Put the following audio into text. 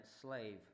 slave